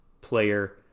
player